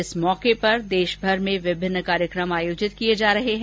इस अवसर पर देशभर में विभिन्न कार्यक्रम आयोजित किए जा रहे हैं